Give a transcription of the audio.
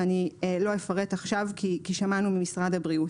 ואני לא אפרט עכשיו כי שמענו ממשרד הבריאות.